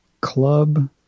Club